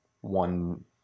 one